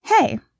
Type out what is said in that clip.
Hey